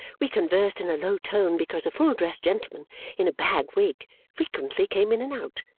we conversed in a low tone because a full-dressed gentleman in a bag wig frequently came in and out,